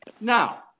Now